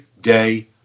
day